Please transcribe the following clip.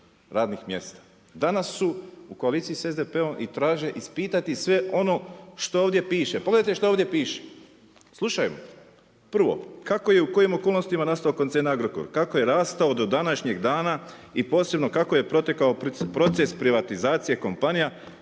radnih mjesta. Danas su u koaliciji sa SDP-om i traže ispitati sve ono što ovdje piše. Pogledajte što ovdje piše, slušajmo. Prvo, kako je i u kojoj okolnostima nastao koncern Agrokor, kako je rastao do današnjeg dana i posebno kako je protekao proces privatizacije kompanija